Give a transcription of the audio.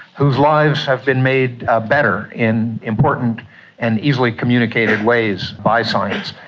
whose lives have been made ah better in important and easily communicated ways by science.